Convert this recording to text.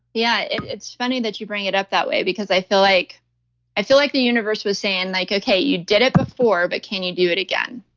yeah. it's funny that you bring it up that way because i feel like i feel like the universe was saying like, okay, you did it before, but can you do it again?